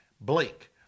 Blake